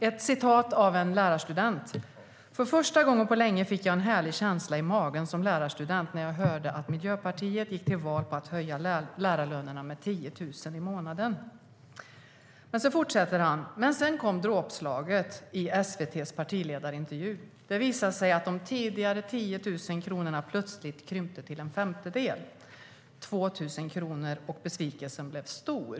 Man refererar vad en lärarstudent har sagt, nämligen följande:För första gången på länge fick jag en härlig känsla i magen som lärarstudent när jag hörde att Miljöpartiet gick till val på att höja lärarlönerna med 10 000 i månaden. Men sedan kom dråpslaget i SVT:s partiledarintervju. Det visade sig att de tidigare 10 000 kronorna plötsligt krympte till en femtedel - 2 000 kronor - och besvikelsen blev stor.